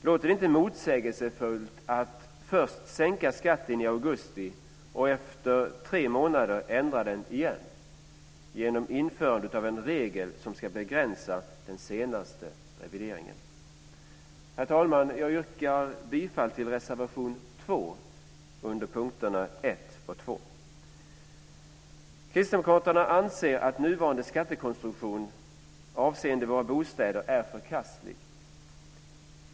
Låter det inte motsägelsefullt att först sänka skatten i augusti och efter tre månader ändra den igen genom införandet av en regel som ska begränsa den senaste revideringen? Herr talman, jag yrkar bifall till reservation 2 under punkterna 1 och 2. Kristdemokraterna anser att nuvarande skattekonstruktion avseende våra bostäder är förkastlig.